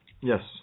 Yes